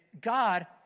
God